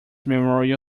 memorial